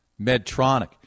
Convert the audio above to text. Medtronic